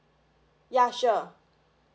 ya sure